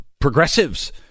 progressives